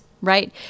right